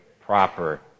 proper